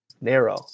narrow